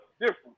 different